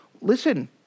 Listen